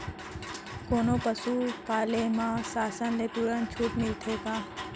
कोनो पसु पाले म शासन ले तुरंत छूट मिलथे का?